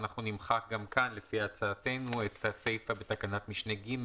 אנחנו נמחק גם כאן לפי הצעתנו את הסיפה בתקנת משנה (ג)